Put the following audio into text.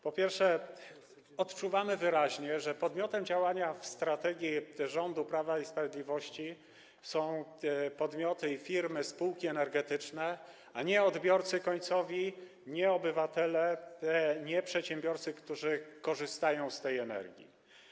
Po pierwsze, wyraźnie odczuwamy, że podmiotem działania w ramach strategii rządu Prawa i Sprawiedliwości są podmioty i firmy, spółki energetyczne, a nie odbiorcy końcowi, nie obywatele, nie przedsiębiorcy, którzy korzystają z tej energii.